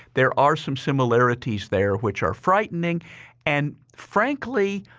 there are some similarities there which are frightening and frankly,